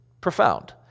profound